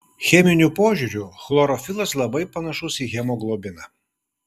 cheminiu požiūriu chlorofilas labai panašus į hemoglobiną